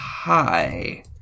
Hi